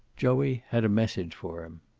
joey had a message for him.